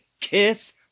kiss